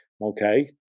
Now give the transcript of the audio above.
okay